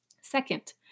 Second